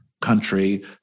country